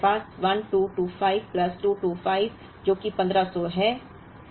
इसलिए हमारे पास 1225 प्लस 225 जो कि 1500 है